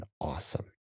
awesome